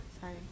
sorry